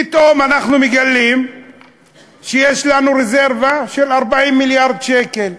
פתאום אנחנו מגלים שיש לנו רזרבה של 40 מיליארד שקל,